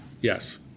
Yes